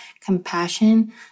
compassion